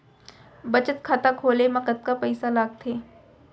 बचत खाता खोले मा कतका पइसा लागथे?